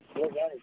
hello ꯚꯥꯏ